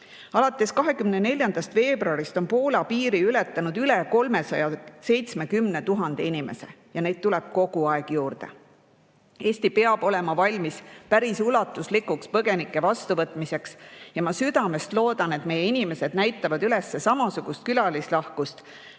Alates 24. veebruarist on Poola piiri ületanud üle 370 000 inimese ja neid tuleb kogu aeg juurde. Eesti peab olema valmis päris ulatuslikuks põgenike vastuvõtmiseks ja ma südamest loodan, et meie inimesed näitavad üles samasugust külalislahkust,